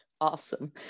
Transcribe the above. Awesome